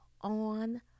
on